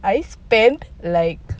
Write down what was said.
I spent like